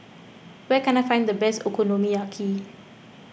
where can I find the best Okonomiyaki